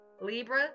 Libra